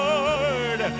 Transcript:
Lord